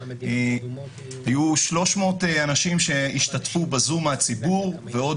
היו 300 אנשים שהשתתפו בזום מהציבור ועוד